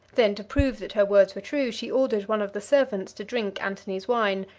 then, to prove that her words were true, she ordered one of the servants to drink antony's wine.